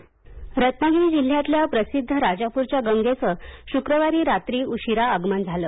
राजापूर गंगा रत्नागिरी जिल्ह्यातील प्रसिद्ध राजापूरच्या गंगेचं शुक्रवारी रात्री उशिरा आगमन झालं